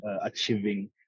achieving